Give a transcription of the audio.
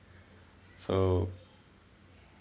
so